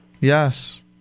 Yes